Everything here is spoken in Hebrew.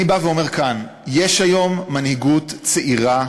אני בא ואומר כאן: יש היום מנהיגות צעירה